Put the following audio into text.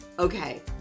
okay